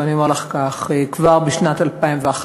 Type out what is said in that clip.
ואני אומר לך כך: כבר בשנת 2011,